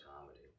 comedy